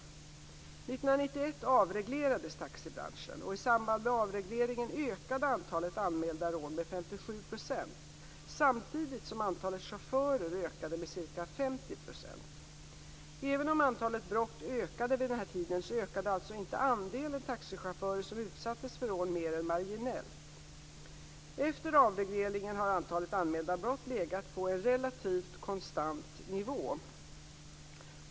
År 1991 avreglerades taxibranschen. I samband med avregleringen ökade antalet anmälda rån med 57 % samtidigt som antalet chaufförer ökade med ca 50 %. Även om antalet brott ökade vid denna tid så ökade alltså inte andelen taxichaufförer som utsattes för rån mer än marginellt. Efter avregleringen har antalet anmälda brott legat på en relativt konstant nivå.